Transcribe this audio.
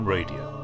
Radio